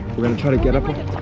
we're gonna try to get up,